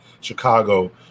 Chicago